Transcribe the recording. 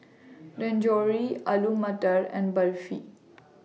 Dangojiru Alu Matar and Barfi